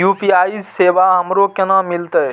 UPI सेवा हमरो केना मिलते?